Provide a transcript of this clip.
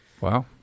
wow